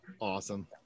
Awesome